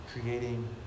creating